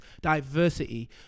diversity